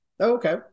Okay